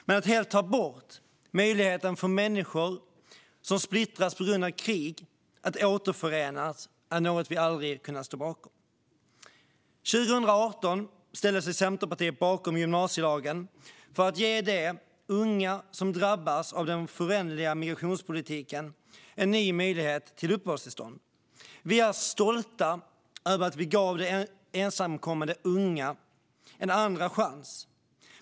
Men att helt ta bort möjligheten för människor som splittrats på grund av krig att återförenas är något vi aldrig kan stå bakom. År 2018 ställde sig Centerpartiet bakom gymnasielagen för att ge de unga som drabbats av den föränderliga migrationspolitiken en ny möjlighet till uppehållstillstånd. Vi är stolta över att vi gav de ensamkommande unga en andra chans.